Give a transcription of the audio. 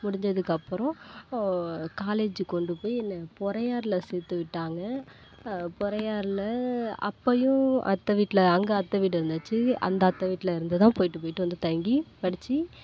முடிஞ்சதுக்கு அப்புறோம் காலேஜூ கொண்டு போய் என்ன பொறையாரில் சேர்த்து விட்டாங்க பொறையாரில் அப்பையும் அத்தை வீட்டில் அங்கே அத்தை வீடு இருந்துச்சு அந்த அத்த வீட்டில் இருந்து தான் போயிவிட்டு போயிவிட்டு வந்து தங்கி படிச்சு